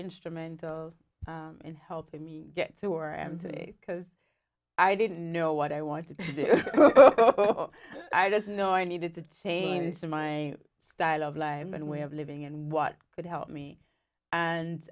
instrumental in helping me get to where i am today because i didn't know what i wanted to do i just know i needed to change my style of life and way of living and what could help me and